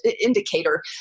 indicator